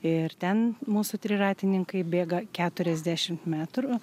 ir ten mūsų triratininkai bėga keturiasdešimt metrų